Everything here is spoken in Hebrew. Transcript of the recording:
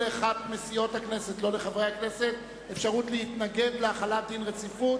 מסיעות הכנסת להתנגד להחלת דין רציפות.